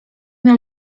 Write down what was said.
miał